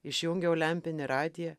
išjungiau lempinį radiją